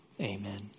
Amen